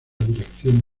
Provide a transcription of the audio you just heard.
dirección